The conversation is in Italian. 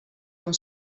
non